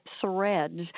threads